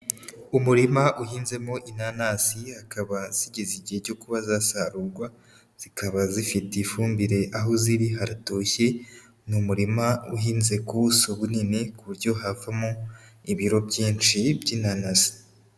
Umurima uhinzemo inanasi hakaba zigeze igihe cyo kuba zasarurwa, zikaba zifite ifumbire, aho ziri haratoshye, ni umuririma uhinze ku buso bunini ku buryo havamo ibiro byinshi by'inanasi.